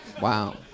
Wow